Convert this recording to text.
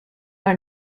are